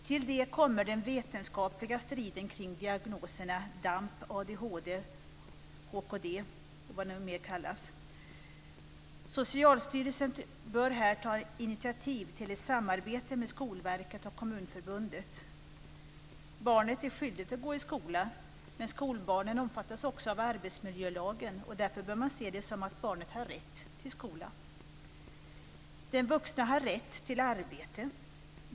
Till det kommer den vetenskapliga striden kring diagnoserna Socialstyrelsen bör här ta initiativ till ett samarbete med Skolverket och Kommunförbundet. Barnet är skyldigt att gå i skola, men skolbarnen omfattas också av arbetsmiljölagen, och därför bör man se det så, att barnet har rätt till skola. Den vuxne har rätt till arbete.